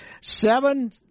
Seven